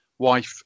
wife